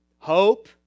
Hope